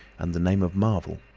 and the name of marvel.